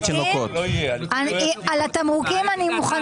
לא הייתה מגבלה על האפשרות של הממשלה להגיש תקציב מוקדם וכאן